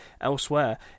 elsewhere